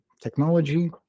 technology